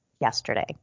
yesterday